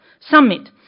Summit